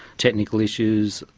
technical issues,